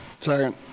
second